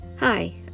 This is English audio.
Hi